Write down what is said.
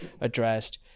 addressed